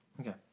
Okay